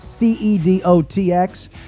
C-E-D-O-T-X